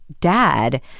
dad